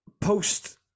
post